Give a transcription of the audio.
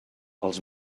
els